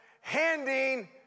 handing